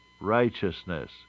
righteousness